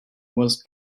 was